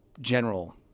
general